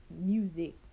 music